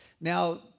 Now